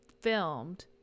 filmed